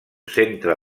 centre